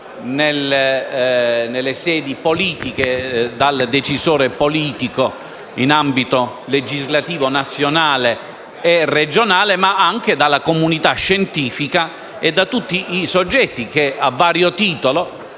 nelle sedi politiche dal decisore politico - in ambito legislativo nazionale e regionale - ma anche dalla comunità scientifica e da tutti i soggetti che, a vario titolo,